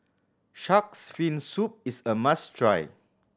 Shark's Fin Soup is a must try